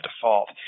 default